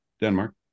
Denmark